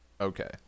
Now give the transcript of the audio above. Okay